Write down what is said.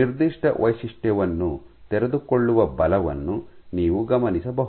ನಿರ್ದಿಷ್ಟ ವೈಶಿಷ್ಟ್ಯವನ್ನು ತೆರೆದುಕೊಳ್ಳುವ ಬಲವನ್ನು ನೀವು ಗಮನಿಸಬಹುದು